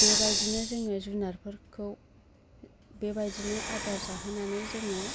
बेबायदिनो जोङो जुनारफोरखौ बेबायदिनो आदार जाहोनानै जोङो